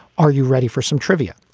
are you ready for some trivia?